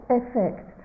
effect